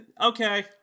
Okay